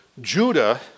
Judah